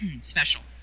special